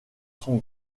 son